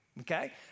Okay